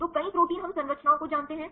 तो कई प्रोटीन हम संरचनाओं को जानते हैं